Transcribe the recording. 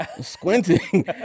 squinting